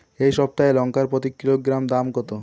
এই সপ্তাহের লঙ্কার প্রতি কিলোগ্রামে দাম কত?